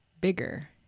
bigger